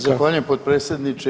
Zahvaljujem potpredsjedniče.